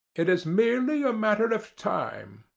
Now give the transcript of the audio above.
it is merely a matter of time.